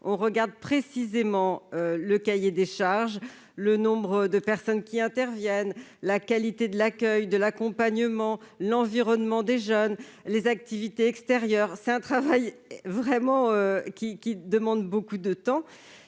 examiner de près le cahier des charges, le nombre de personnes qui interviennent, la qualité de l'accueil, de l'accompagnement, l'environnement des jeunes, les activités extérieures. C'est un travail qui demande beaucoup de temps,